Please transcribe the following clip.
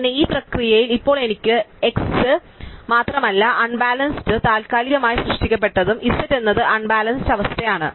അങ്ങനെ ഈ പ്രക്രിയയിൽ ഇപ്പോൾ എനിക്ക് x മാത്രമല്ല അൺബാലൻസ്ഡ് താൽക്കാലികമായി സൃഷ്ടിക്കപ്പെട്ടതും z എന്നത് അൺബാലൻസ്ഡ് അവസ്ഥയാണ്